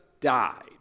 died